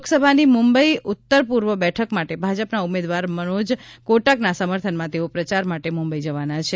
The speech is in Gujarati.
લોકસભાની મુંબઈ ઉત્તરપૂર્વ બેઠક માટે ભાજપના ઉમેદવાર મનોજ કોટકના સમર્થનમાં તેઓ પ્રચાર માટે મુંબઈ જવાના છે